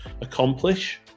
accomplish